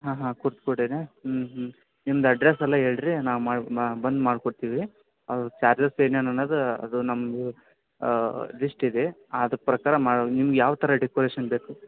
ಹಾಂ ಹಾಂ ಕುರ್ತಕೋಟಿನಾ ಹ್ಞೂ ಹ್ಞೂ ನಿಮ್ದು ಅಡ್ರೆಸ್ಸ್ ಎಲ್ಲ ಹೇಳಿ ರಿ ನಾವು ಮಾಡಿ ಮಾ ಬಂದು ಮಾಡಿಕೊಡ್ತಿವೀ ಅವ್ರು ಚಾರ್ಜಸ್ ಏನೇನದೆ ಅದು ನಮ್ಗೆ ಲಿಸ್ಟ್ ಇದೆ ಅದ್ರ ಪ್ರಕಾರ ಮಾಡೋಣ ನಿಮ್ಗೆ ಯಾವಥರ ಡೆಕೊರೇಷನ್ ಬೇಕು